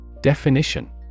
Definition